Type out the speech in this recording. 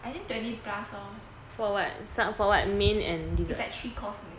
I think twenty plus lor it's like three course meal